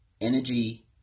energy